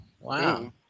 Wow